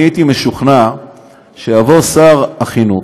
אני הייתי משוכנע שיבוא שר החינוך,